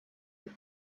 with